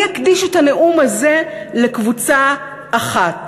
אני אקדיש את הנאום הזה לקבוצה אחת,